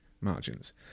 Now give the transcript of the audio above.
margins